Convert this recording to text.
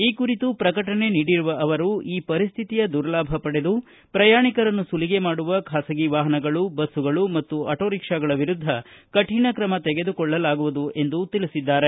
ಈ ಕುರಿತು ಪ್ರಕಟಣೆ ನೀಡಿರುವ ಅವರು ಈ ಪರಿಸ್ಥಿತಿಯ ದುರ್ಲಾಭ ಪ್ರಯಾಣಿಕರನ್ನು ಸುಲಿಗೆ ಮಾಡುವ ಬಾಸಗಿ ವಾಹನಗಳು ಬಸ್ಸುಗಳ ಮತ್ತು ಆಟೋರಿಕ್ಷಾಗಳ ವಿರುದ್ದ ಕಠಿಣ ಕ್ರಮ ತೆಗೆದುಕೊಳ್ಳಲಾಗುವುದು ಎಂದು ತಿಳಿಸಿದ್ದಾರೆ